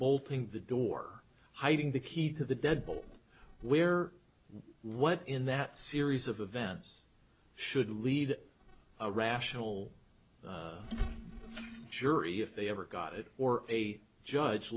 bolting the door hiding the key to the dead ball where what in that series of events should lead a rational jury if they ever got it or a judge